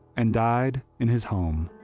and died in his home.